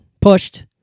pushed